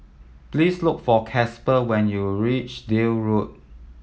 please look for Casper when you reach Deal Road